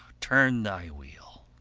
turn thy wheel!